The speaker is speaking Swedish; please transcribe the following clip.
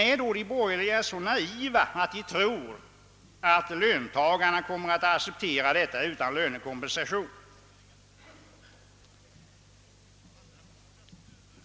är då de borgerliga så naiva att de tror att löntagarna kommer att acceptera detta utan lönekompensation?